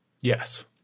Yes